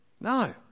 No